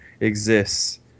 exists